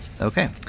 Okay